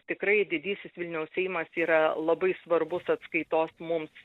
tikrai didysis vilniaus seimas yra labai svarbus atskaitos mums